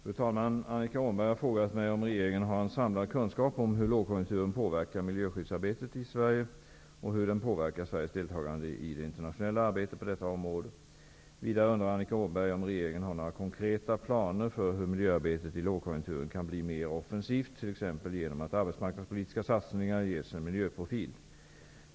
Fru talman! Annika Åhnberg har frågat mig om regeringen har en samlad kunskap om hur lågkonjunkturen påverkar miljöskyddsarbetet i Sverige och hur den påverkar Sveriges deltagande i det internationella arbetet på detta område. Vidare undrar Annika Åhnberg om regeringen har några konkreta planer för hur miljöarbetet i lågkonjunkturen kan bli mer offensivt, t.ex. genom att arbetsmarknadspolitiska satsningar ges en miljöprofil.